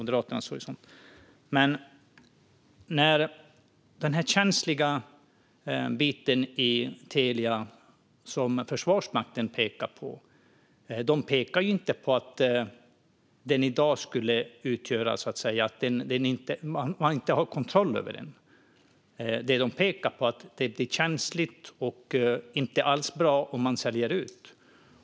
När den det gäller den känsliga biten i Telia som Försvarsmakten pekar på handlar det inte om att man inte har kontroll över den i dag. Det Försvarsmakten pekar på är att det är känsligt och inte alls bra att sälja ut.